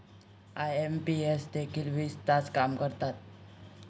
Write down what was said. IMPS देखील वीस तास काम करतात?